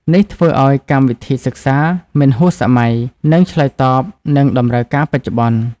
នេះធ្វើឱ្យកម្មវិធីសិក្សាមិនហួសសម័យ និងឆ្លើយតបនឹងតម្រូវការបច្ចុប្បន្ន។